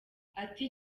ati